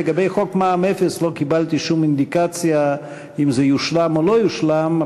לגבי חוק מע"מ אפס לא קיבלתי שום אינדיקציה אם זה יושלם או לא יושלם,